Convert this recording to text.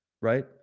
right